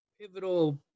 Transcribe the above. pivotal